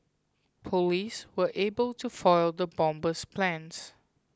police were able to foil the bomber's plans